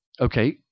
okay